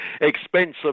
expensive